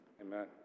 Amen